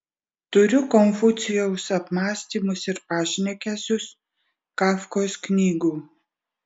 turiu konfucijaus apmąstymus ir pašnekesius kafkos knygų